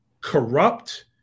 corrupt